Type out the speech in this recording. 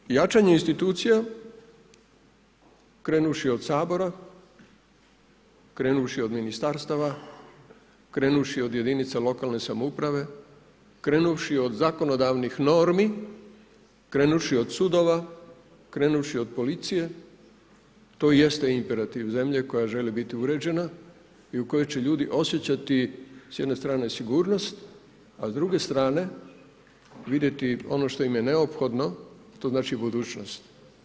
Dakle, jačanje institucija krenuvši od Sabora, krenuvši od ministarstava, krenuvši od jedinica lokalne samouprave, krenuvši od zakonodavnih normi, krenuvši od sudova, krenuvši od policije, to jeste imperativ zemlje koja želi biti uređena i u kojoj će ljudi osjećati s jedne strane sigurnost a s druge strane vidjeti ono što im je neophodno, to znači budućnost.